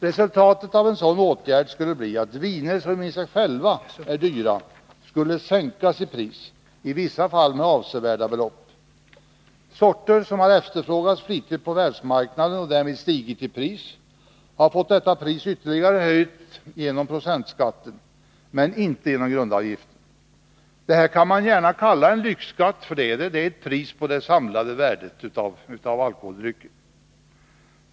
Resultatet av en sådan åtgärd skulle bli att viner som i sig själva är dyra skulle sänkas i pris, i vissa fall med avsevärda belopp. Sorter som flitigt har efterfrågats på världsmarknaden och därmed stigit i pris har fått detta pris ytterligare höjt genom procentskatten, men inte genom grundavgiften. Det här kan man gärna kalla en lyxskatt, för det är ett pris på det samlade värdet av alkoholdrycker.